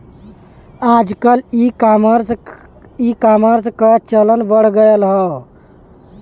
आजकल ईकामर्स क चलन बढ़ गयल हौ